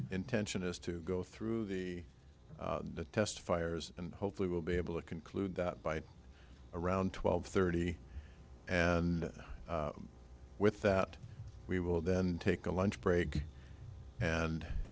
intention is to go through the test fires and hopefully we'll be able to conclude that by around twelve thirty and with that we will then take a lunch break and